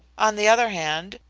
on the other hand,